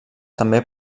també